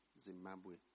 Zimbabwe